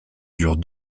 dure